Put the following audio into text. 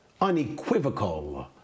unequivocal